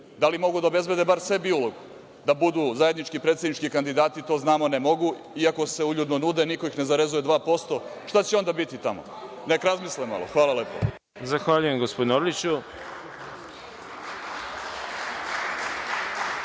Da li mogu da obezbede bar sebi ulogu da budu zajednički predsednički kandidati? To znamo da ne mogu. Iako se uljudno nude, niko ih ne zarezuje dva posto. Šta će onda biti tamo? Nek razmisle malo. Hvala lepo. **Đorđe Milićević**